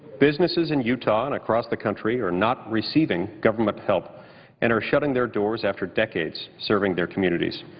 businesses in utah and across the country are not receiving government help and are shutting their doors after decades serving their communities.